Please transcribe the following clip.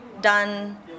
done